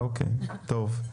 אוקיי, טוב.